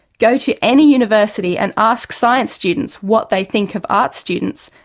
go to any university and ask science students what they think of arts students,